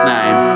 Name